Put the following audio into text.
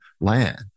land